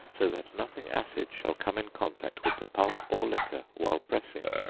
so that nothing acid shall come in contact with the pulp or liquor while pressing.